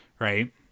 Right